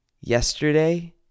Yesterday